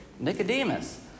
Nicodemus